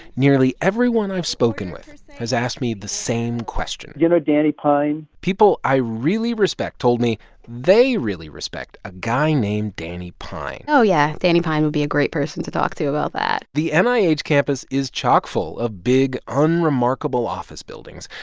nearly everyone i've spoken with has asked me the same question do you know danny pine? people i really respect told me they really respect a guy named danny pine oh, yeah. danny pine would be a great person to talk to about that the and nih campus is chock full of big, unremarkable office buildings.